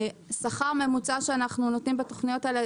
שכר ממוצע שאנחנו נותנים בתוכניות האלה,